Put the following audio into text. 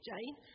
Jane